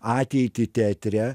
ateitį teatre